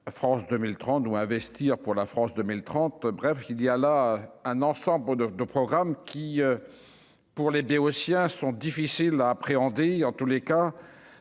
France 2030 ou investir pour la France 2030, bref, il y a là un ensemble de de programmes qui, pour les béotiens sont difficiles à appréhender, en tous les cas,